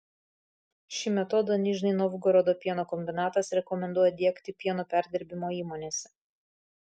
šį metodą nižnij novgorodo pieno kombinatas rekomenduoja diegti pieno perdirbimo įmonėse